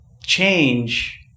change